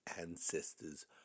ancestors